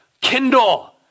kindle